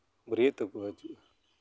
ᱵᱟᱹᱨᱭᱟᱹᱛᱚᱜ ᱠᱚ ᱦᱤᱡᱩᱜᱼᱟ